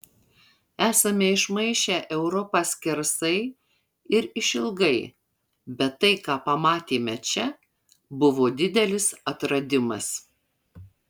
esame išmaišę europą skersai ir išilgai bet tai ką pamatėme čia buvo didelis atradimas